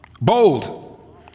bold